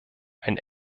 ein